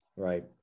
Right